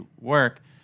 work